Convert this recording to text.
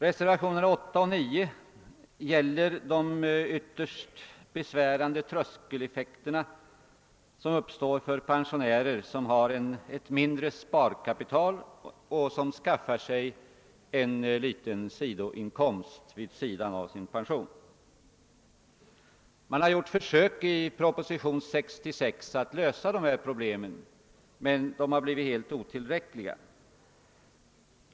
Reservationerna 8 och 9 gäller de ytterst besvärande tröskeleffekter som uppstår för pensionärer som har ett mindre sparkapital och som skaffar sig en liten sidoinkomst. Man har i propositionen 66 gjort försök att lösa dessa problem, men de försöken är helt otillräckliga.